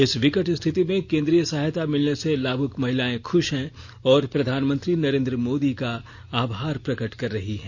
इस विकट स्थिति में केंद्रीय सहायता मिलने से लाभुक महिलाएं खुश हैं और प्रधानमंत्री नरेन्द्र मोदी का आभार प्रकट कर रही हैं